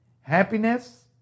happiness